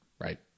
right